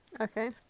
Okay